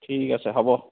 ঠিক আছে হ'ব